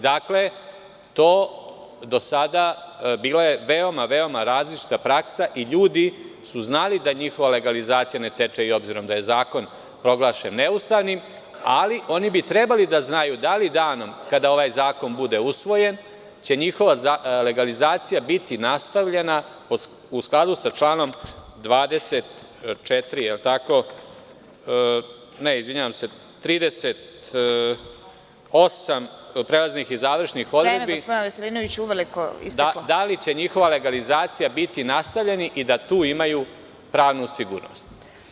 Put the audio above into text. Do sada je bila veoma, veoma različita praksa i ljudi su znali da njihova legalizacija ne teče i obzirom da je zakon proglašen neustavnim, ali oni bi trebali da znaju da li danom kada ovaj zakon bude usvojen će njihova legalizacija biti nastavljena u skladu sa članom 38. prelaznih i završnih odredbi… (Predsedavajuća: Vreme, gospodine Veselinoviću, uveliko je isteklo.) … da li će njihova legalizacija biti nastavljena i da tu imaju pravnu sigurnost.